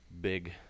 big